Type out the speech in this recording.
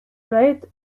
blade